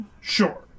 Sure